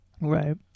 right